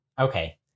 Okay